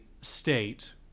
state